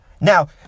Now